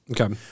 Okay